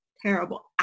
Terrible